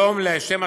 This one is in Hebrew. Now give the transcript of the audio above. הם